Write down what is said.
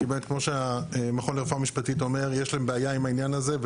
כמעט כמו שהמכון לרפואה משפטית אומר יש לנו בעיה עם העניין הזה,